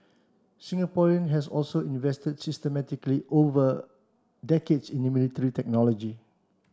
Singapore has also invested systematically over decades in military technology